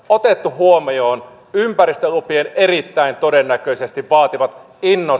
otettu huomioon ympäristölupien erittäin todennäköisesti vaatimat